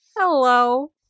Hello